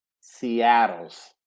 Seattle's